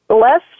less